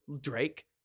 Drake